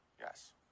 Yes